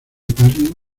pálido